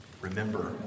remember